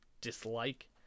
dislike